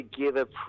together